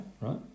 right